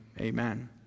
Amen